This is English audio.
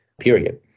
period